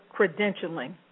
credentialing